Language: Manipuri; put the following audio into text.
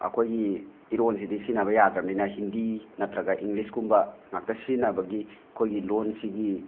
ꯑꯈꯣꯏꯒꯤ ꯏꯔꯣꯟꯁꯤꯗꯤ ꯁꯤꯖꯤꯟꯅꯕ ꯌꯥꯗ꯭ꯔꯝꯅꯤꯅ ꯍꯤꯟꯗꯤ ꯅꯠꯇ꯭ꯔꯒ ꯏꯪꯂꯤꯁꯀꯨꯝꯕ ꯉꯥꯛꯇ ꯁꯤꯖꯤꯅꯕꯒꯤ ꯑꯈꯣꯏꯒꯤ ꯂꯣꯟꯁꯤꯒꯤ